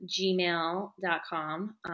gmail.com